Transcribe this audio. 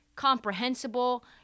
comprehensible